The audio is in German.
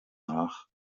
nach